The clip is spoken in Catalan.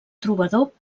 trobador